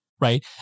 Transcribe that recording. right